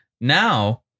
Now